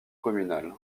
communal